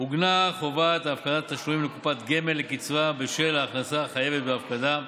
עוגנה חובת הפקדת תשלומים לקופת גמל לקצבה בשל הכנסה חייבת בהפקדה,